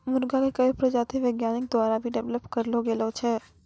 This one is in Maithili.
मुर्गा के कई प्रजाति वैज्ञानिक द्वारा भी डेवलप करलो गेलो छै